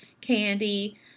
candy